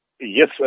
Yes